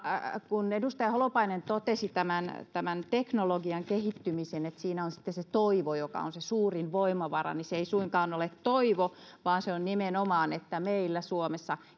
kun edustaja holopainen totesi tästä teknologian kehittymisestä että siinä on sitten se toivo joka on se suurin voimavara niin se ei suinkaan ole toivo vaan se on nimenomaan se että meillä suomessa